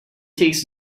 takes